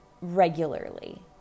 regularly